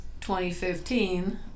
2015